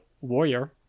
warrior